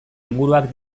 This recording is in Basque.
inguruak